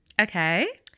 Okay